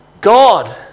God